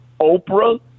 Oprah